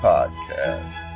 Podcast